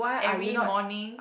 every morning